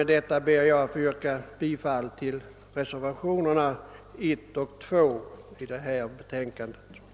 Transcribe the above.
Med detta ber jag att få yrka bifall till reservationerna 1 och 2 till jordbruksutskottets utlåtande nr 22.